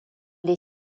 des